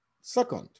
Second